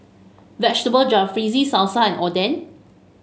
Vegetable Jalfrezi Salsa and Oden